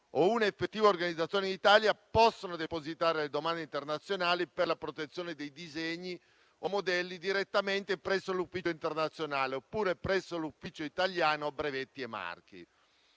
o un'effettiva organizzazione in Italia possano depositare le domande internazionali per la protezione dei disegni o modelli direttamente presso l'ufficio internazionale oppure presso l'ufficio italiano brevetti e marchi.